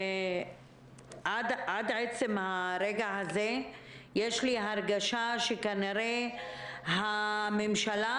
עד לעצם הרגע הזה יש לי הרגשה שכנראה הממשלה